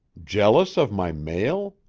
jealous of my mail?